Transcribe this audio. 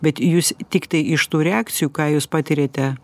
bet jūs tiktai iš tų reakcijų ką jūs patiriate